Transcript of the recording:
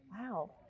wow